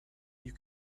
you